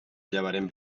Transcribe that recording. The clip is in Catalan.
llevarem